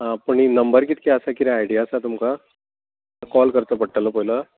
आं पूण नंबर कितलें आसा कितें आयडिया आसा तुमकां कॉल करचो पडटलो पयलो